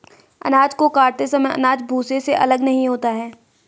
अनाज को काटते समय अनाज भूसे से अलग नहीं होता है